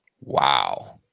Wow